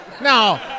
No